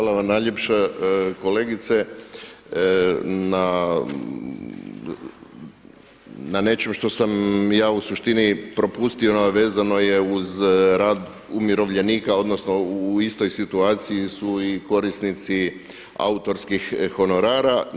Hvala vam najljepša kolegice na nečem što sam ja u suštini propustio a vezano je uz rad umirovljenika odnosno u istoj situaciji su i korisnici autorskih honorara.